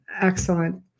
excellent